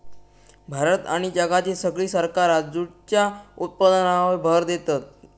भारत आणि जगातली सगळी सरकारा जूटच्या उत्पादनावर भर देतत